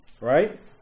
Right